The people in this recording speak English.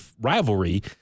rivalry